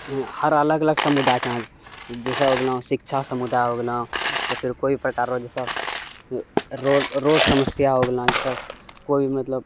हर अलग अलग समुदाय छऽ जइसे हो गेलऽ शिक्षा समुदाय हो गेलऽ या फिर कोइ प्रकारऽ जइसे रोड समस्या हो गेलऽ जइसे कोइ भी मतलब